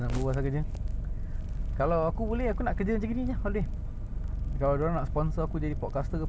kita orang semua tengah gym ah so testosterone level kita tengah very high so aku tengok on the phone kan dia bilang aku he said